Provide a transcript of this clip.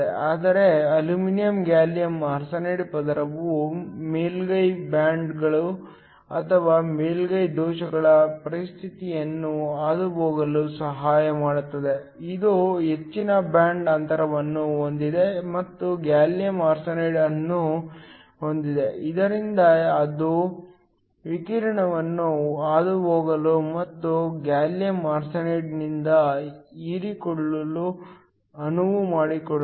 ಆದರೆ aluminium gallium arsenide ಪದರವು ಮೇಲ್ಮೈ ಬಾಂಡ್ಗಳು ಅಥವಾ ಮೇಲ್ಮೈ ದೋಷಗಳ ಸ್ಥಿತಿಯನ್ನು ಹಾದುಹೋಗಲು ಸಹಾಯ ಮಾಡುತ್ತದೆ ಇದು ಹೆಚ್ಚಿನ ಬ್ಯಾಂಡ್ ಅಂತರವನ್ನು ಹೊಂದಿದೆ ಮತ್ತು ಗ್ಯಾಲಿಯಮ್ ಆರ್ಸೆನೈಡ್ ಅನ್ನು ಹೊಂದಿದೆ ಇದರಿಂದ ಅದು ವಿಕಿರಣವನ್ನು ಹಾದುಹೋಗಲು ಮತ್ತು ಗ್ಯಾಲಿಯಂ ಆರ್ಸೆನೈಡ್ನಿಂದ ಹೀರಿಕೊಳ್ಳಲು ಅನುವು ಮಾಡಿಕೊಡುತ್ತದೆ